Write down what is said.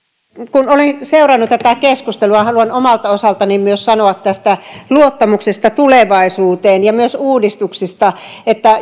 kun olen seurannut tätä keskustelua haluan omalta osaltani myös sanoa tästä luottamuksesta tulevaisuuteen ja myös uudistuksista että